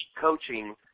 coaching